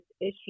issue